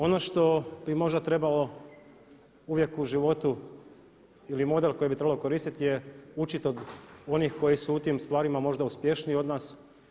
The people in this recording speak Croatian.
Ono što bi možda trebalo uvijek u životu ili model koji bi trebalo koristiti je učiti od onih koji su u tim stvarima možda uspješniji od nas.